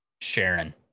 sharon